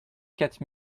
quatre